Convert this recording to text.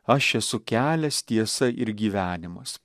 aš esu kelias tiesa ir gyvenimas